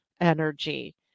energy